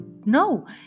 No